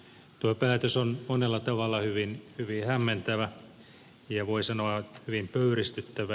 tuo päätös on monella tavalla hyvin hämmentävä ja voi sanoa hyvin pöyristyttävä